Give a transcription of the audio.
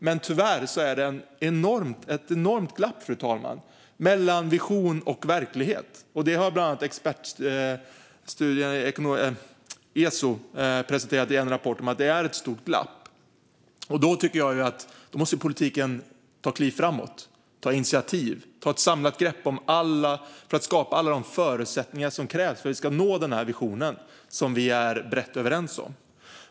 Men tyvärr är det ett enormt glapp, fru talman, mellan vision och verklighet. Det har bland annat ESO presenterat i en rapport; det är ett stort glapp. Därför tycker jag att politiken måste ta ett kliv framåt, ta initiativ och ta ett samlat grepp för att skapa alla de förutsättningar som krävs för att vi ska nå denna vision, som vi är brett överens om.